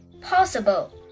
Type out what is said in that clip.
possible